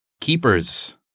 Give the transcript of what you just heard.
Keepers